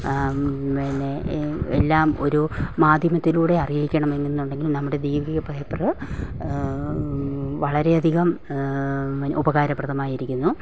പിന്നെ എല്ലാം ഒരു മാധ്യമത്തിലൂടെ അറിയിക്കണം എന്ന് ഉണ്ടെങ്കിൽ നമ്മുടെ ദീപിക പേപ്പറ് വളരെയധികം മ് ഉപകാരപ്രദമായിരിക്കുന്നു